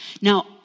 Now